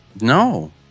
No